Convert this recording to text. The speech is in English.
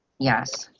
yes.